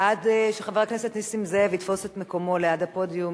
עד שחבר הכנסת נסים זאב יתפוס את מקומו ליד הפודיום,